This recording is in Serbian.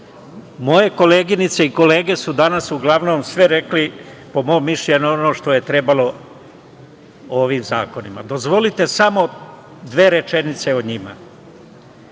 moje koleginice i kolege su danas uglavnom sve rekli po mom mišljenju ono što je trebalo o ovim zakonima. Dozvolite samo dve rečenice o njima.